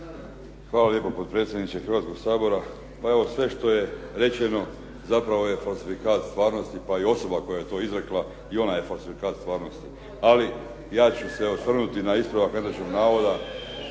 Hvala lijepo, potpredsjedniče Hrvatskoga sabora Pa evo sve što je rečeno zapravo je falsifikat stvarnosti pa i osoba koja je to izrekla i ona je falsifikat stvarnosti. Ali ja ću se osvrnuti na ispravak netočnog navoda